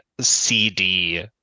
CD